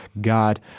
God